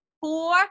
four